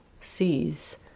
sees